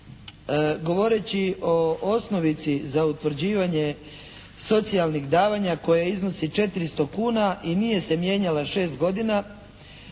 govoreći o osnovici za utvrđivanje socijalnih davanja koje iznosi 400 kuna i nije se mijenjala 6 godina